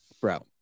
bro